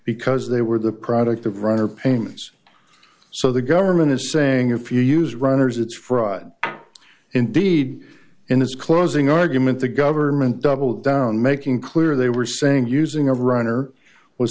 because they were the product of runner payments so the government is saying if you use runners it's fraud and indeed in his closing argument the government doubled down making clear they were saying using of runner was